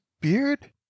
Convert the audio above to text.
beard